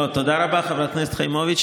תודה רבה, חברת הכנסת חיימוביץ'.